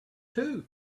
too